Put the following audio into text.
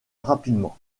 rapidement